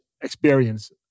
experience